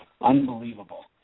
unbelievable